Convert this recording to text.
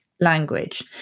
Language